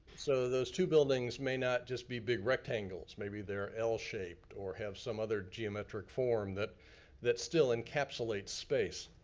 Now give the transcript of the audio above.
so those two buildings may not just be big rectangles, maybe they're l-shaped or have some other geometric form that that still encapsulates space.